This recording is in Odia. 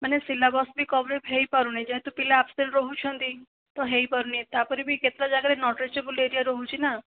ମାନେ ସିଲାବସ ବି କଭରେଜ ହେଇପାରୁନି ଯେହେତୁ ପିଲା ଆବସେଣ୍ଟ ରହୁଛନ୍ତି ତ ହେଇପାରୁନି ତାପରେ ବି କେତେଟା ଜାଗାରେ ନଟ୍ ରିଚେବୁଲ ଏରିଆ ରହୁଛି ନା